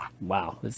wow